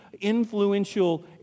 influential